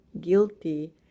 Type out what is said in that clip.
guilty